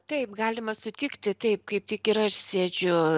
taip galima sutikti taip kaip tik ir aš sėdžiu